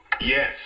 Yes